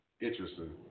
interesting